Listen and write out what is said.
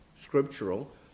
scriptural